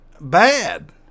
bad